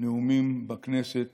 לנאומים בכנסת